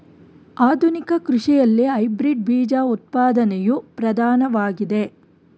ಆಧುನಿಕ ಕೃಷಿಯಲ್ಲಿ ಹೈಬ್ರಿಡ್ ಬೀಜ ಉತ್ಪಾದನೆಯು ಪ್ರಧಾನವಾಗಿದೆ